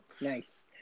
Nice